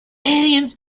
aliens